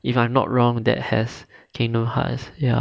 if I'm not wrong that has kingdom hearts